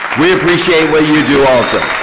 we appreciate what you do also.